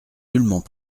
nullement